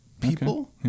people